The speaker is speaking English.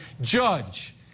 judge